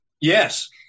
Yes